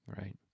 right